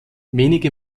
wenige